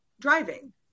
driving